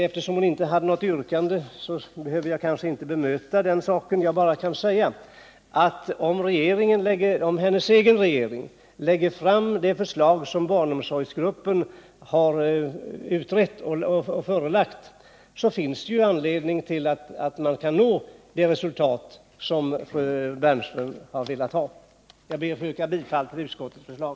Eftersom hon inte hade något yrkande, behöver jag kanske inte bemöta henne. Jag vill bara säga, att om hennes egen regering lägger fram det förslag som barnomsorgsgruppen har kommit fram till, finns det en möjlighet att nå det av Bonnie Bernström önskade resultatet. Jag ber att få yrka bifall till utskottets förslag.